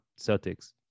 Celtics